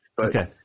Okay